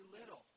little